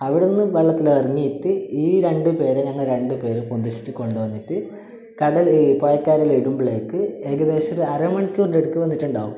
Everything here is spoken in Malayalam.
അവിടുന്നു വെള്ളത്തിലിറങ്ങിയിട്ട് ഈ രണ്ട് പേരെ ഞങ്ങൾ രണ്ട് പേരെ പൊന്തിച്ചിട്ട് കൊണ്ടുവന്നിട്ട് കടൽ ഈ പുഴക്കരയിൽ ഇടുമ്പോഴേക്ക് ഏകദേശം ഒരര മണിക്കൂറിൻ്റെ അടുത്ത് വന്നിട്ടുണ്ടാവും